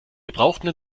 gebrauchten